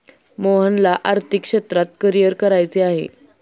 मोहनला आर्थिक क्षेत्रात करिअर करायचे आहे